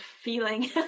feeling